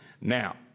Now